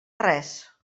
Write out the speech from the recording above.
res